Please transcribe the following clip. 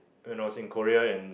when I was in Korea and